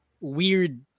weird